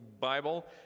Bible